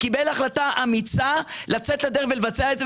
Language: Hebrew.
קיבל החלטה אמיצה לצאת לדרך ולבצע את זה,